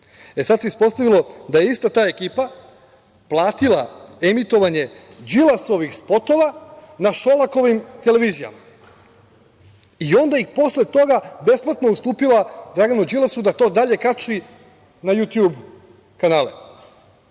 Sad se ispostavilo da je ista ta ekipa platila emitovanje Đilasovih spotova na Šolakovim televizijama. Onda ih je posle toga besplatno ustupila Draganu Đilasu da to dalje kači na jutjub kanale. Sada